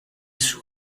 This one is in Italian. suo